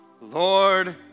Lord